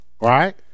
Right